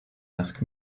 ask